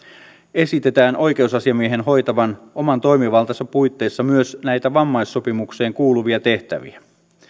esitetään oikeusasiamiehen hoitavan oman toimivaltansa puitteissa myös näitä vammaissopimukseen kuuluvia tehtäviä